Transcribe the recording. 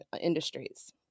industries